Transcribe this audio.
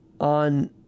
on